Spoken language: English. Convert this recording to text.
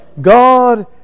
God